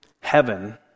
Heaven